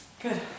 Good